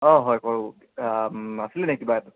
অঁ হয় কৰোঁ আছিলে নি কিবা এইটোত